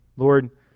Lord